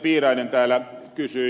piirainen täällä kysyi